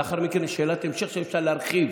ולאחר מכן יש שאלת המשך שאפשר להרחיב,